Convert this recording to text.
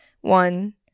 One